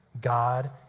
God